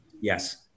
yes